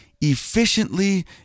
efficiently